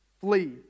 flee